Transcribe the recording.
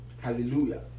Hallelujah